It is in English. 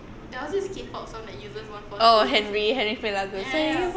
oh henry henry punya lagu